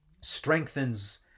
strengthens